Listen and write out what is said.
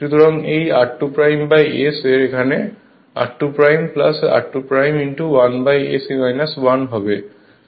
সুতরাং এই r2S এর এখানে r2 r2 1S 1 হবে